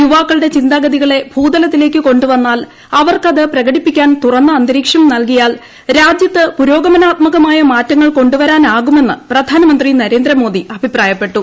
യുവാക്കളുടെ ചിന്താഗതികളെ ഭൂതലത്തിലേയ്ക്ക് കൊണ്ടുവന്നാൽ അവർക്ക് അത് പ്രകടിപ്പിക്കാൻ തുറന്ന അന്തരീക്ഷം നൽകിയാൽ രാജ്യത്ത് പുരോഗമനാത്മകമായ മാറ്റങ്ങൾ കൊണ്ടുവരാനാകുമെന്ന് പ്രധാനമന്ത്രി നരേന്ദ്രമോദി അഭിപ്രായപ്പെട്ടു